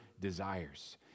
desires